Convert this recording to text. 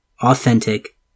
authentic